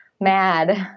mad